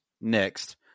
next